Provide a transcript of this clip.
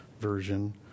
version